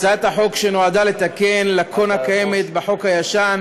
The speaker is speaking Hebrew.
הצעת חוק נועדה לתקן לקונה קיימת בחוק הישן,